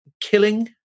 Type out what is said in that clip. killing